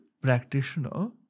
practitioner